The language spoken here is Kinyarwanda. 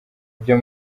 byo